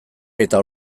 eta